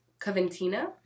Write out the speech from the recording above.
Coventina